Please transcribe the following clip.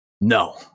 No